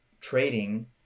trading